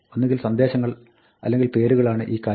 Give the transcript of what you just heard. ഒന്നുകിൽ സന്ദേശങ്ങൾ അല്ലെങ്കിൽ പേരുകളാണ് ഈ കാര്യങ്ങൾ